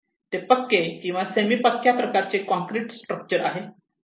ते पक्के किंवा सेमी पक्या प्रकारचे कॉंक्रीट स्ट्रक्चर आहे